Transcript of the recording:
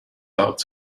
out